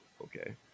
okay